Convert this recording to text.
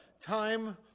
time